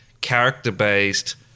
character-based